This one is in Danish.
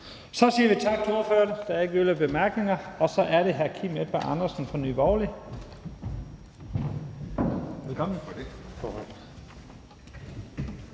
Så siger vi tak til ordføreren. Der er ikke yderligere korte bemærkninger. Og så er det hr. Kim Edberg Andersen fra Nye Borgerlige. Velkommen.